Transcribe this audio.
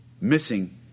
Missing